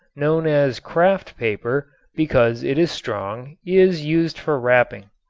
known as kraft paper because it is strong, is used for wrapping.